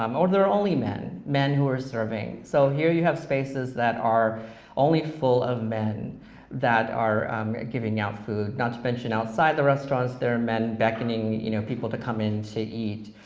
um or only men, men who were serving, so here you have spaces that are only full of men that are giving out food. not to mention, outside the restaurants there are men beckoning you know people to come in to eat,